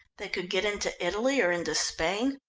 they could get into italy or into spain,